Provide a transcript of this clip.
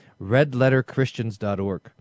redletterchristians.org